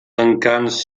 encants